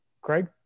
Craig